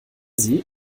sie